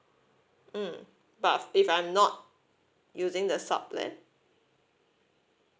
mm but if I'm not using the sub plan